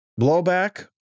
blowback